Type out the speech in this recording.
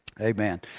Amen